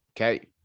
Okay